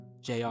JR